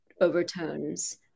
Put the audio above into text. overtones